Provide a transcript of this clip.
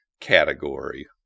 category